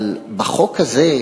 אבל החוק הזה,